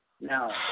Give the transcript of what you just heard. No